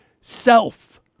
self